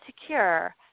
secure